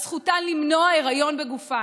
על זכותן למנוע היריון בגופן.